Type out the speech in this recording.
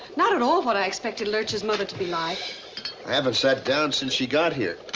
not at all what i expected lurch's mother to be like. i haven't sat down since she got here.